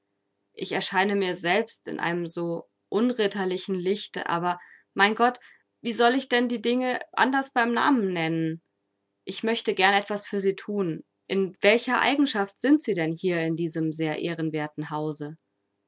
ich erscheine mir selbst in einem so so unritterlichen lichte aber mein gott wie soll ich denn die dinge anders beim namen nennen ich möchte gern etwas für sie thun in welcher eigenschaft sind sie denn hier in diesem sehr ehrenwerten hause